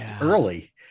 early